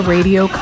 Radio